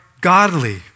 godly